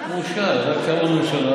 הוא כבר מאושר,